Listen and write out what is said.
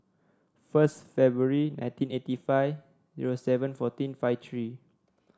first February nineteen eighty five zero seven fourteen five three